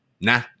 nah